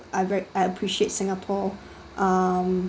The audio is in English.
I very I appreciate singapore um